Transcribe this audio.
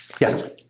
Yes